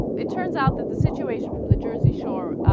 it turns out that the situation from the jersey shore ah.